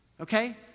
Okay